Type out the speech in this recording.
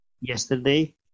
yesterday